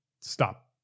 stop